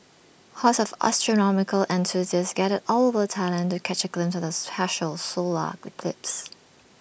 horses of astronomical enthusiasts gathered all over Thailand to catch A glimpse of the partial solar eclipse